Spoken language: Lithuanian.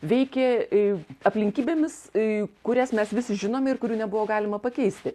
veikė i aplinkybėmis i kurias mes visi žinom ir kurių nebuvo galima pakeisti